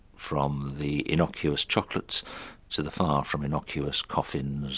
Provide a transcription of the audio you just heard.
from the innocuous chocolates to the far from innocuous coffins,